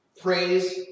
Praise